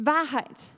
Wahrheit